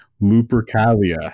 lupercalia